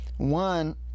one